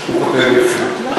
הוא כותב יפה.